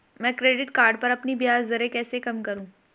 मैं credit card पर अपनी ब्याज दरें कैसे कम करूँ?